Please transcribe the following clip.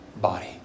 body